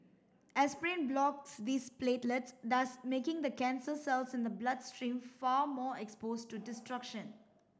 aspirin blocks these platelets thus making the cancer cells in the bloodstream far more exposed to destruction